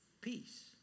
peace